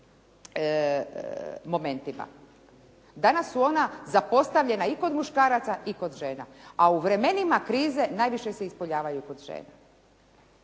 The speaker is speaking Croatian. Danas su ona zapostavljena i kod muškaraca i kod žena, a u vremenima krize najviše se ispoljavaju kod žena.